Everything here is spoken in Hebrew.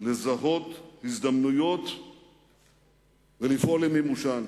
לזהות הזדמנויות ולפעול למימושן.